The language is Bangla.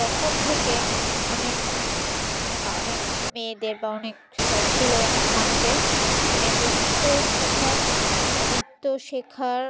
তখন থেকে অনেক অনেক মেয়েদের বা অনেক ছেলেদের অনেক মানুষের মানে নৃত্য শেখা নৃত্য শেখার